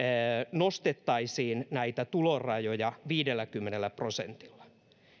nostettaisiin näitä tulorajoja viidelläkymmenellä prosentilla